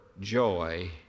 joy